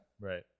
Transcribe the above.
Right